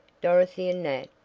dorothy and nat,